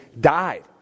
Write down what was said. died